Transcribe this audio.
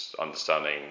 understanding